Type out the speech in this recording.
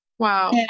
Wow